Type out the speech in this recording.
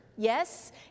Yes